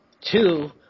two